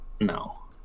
No